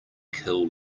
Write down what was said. kill